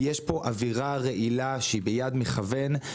יש פה אווירה רעילה שהיא ביד מכוון.